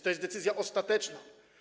To jest decyzja ostateczna.